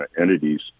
entities